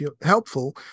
helpful